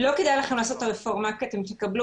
לא כדאי לכם לעשות את הרפורמה כי אתם תקבלו